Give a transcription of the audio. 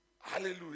Hallelujah